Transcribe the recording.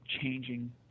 changing